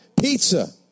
Pizza